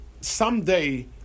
Someday